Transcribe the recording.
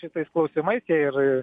šitais klausimais jie ir